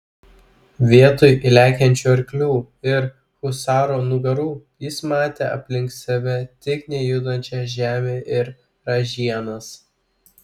vietoj lekiančių arklių ir husarų nugarų jis matė aplink save tik nejudančią žemę ir ražienas